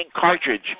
cartridge